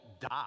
die